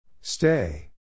Stay